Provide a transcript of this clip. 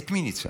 ניצחתם,